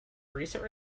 recent